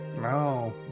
no